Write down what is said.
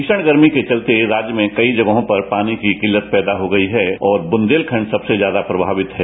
भीषण गर्मी के चलते राज्य में कई जगहों पर पानी की किल्लत पैदा हो गई है और बुंदेलखंड सबसे ज्यादा प्रभावित है